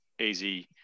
easy